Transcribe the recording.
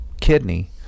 kidney